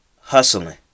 hustling